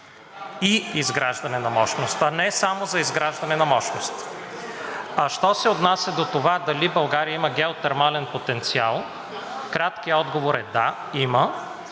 и изграждане на мощност, а не само за изграждане на мощност. (Шум и реплики.) А що се отнася до това дали България има геотермален потенциал, краткият отговор е: да, има